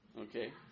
Okay